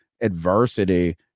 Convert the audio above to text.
adversity